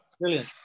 Brilliant